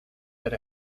ser